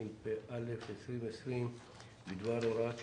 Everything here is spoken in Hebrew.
התשפ"א-2020 בדבר הוראת שעה,